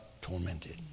tormented